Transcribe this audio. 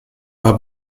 war